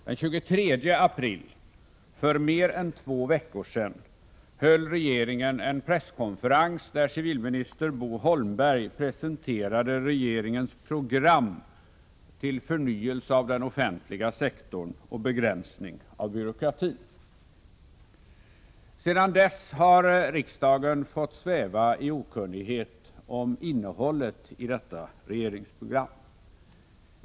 Den 23 april, för mer än två veckor sedan, höll regeringen en presskonferens där civilminister Bo Holmberg presenterade regeringens program till förnyelse av den offentliga sektorn och begränsning av byråkratin. Sedan dess har riksdagen fått sväva i okunnighet om innehållet i detta regeringsprogram.